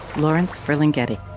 lawrence ferlinghetti